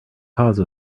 cause